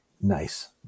Nice